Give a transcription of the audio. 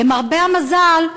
למרבה המזל,